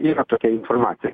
yra tokia informacija